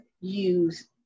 use